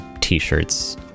t-shirts